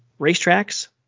racetracks